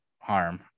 harm